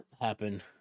happen